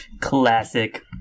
Classic